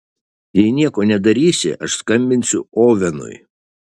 jei nieko nedarysi aš skambinsiu ovenui